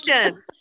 question